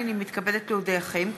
הנני מתכבדת להודיעכם,